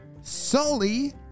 Sully